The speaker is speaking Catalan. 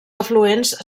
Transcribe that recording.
afluents